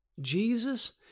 Jesus